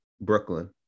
Brooklyn